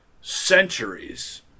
centuries